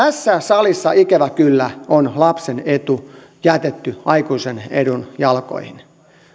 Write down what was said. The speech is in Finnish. tässä salissa ikävä kyllä on lapsen etu jätetty aikuisen edun jalkoihin